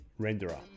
renderer